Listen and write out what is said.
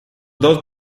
dos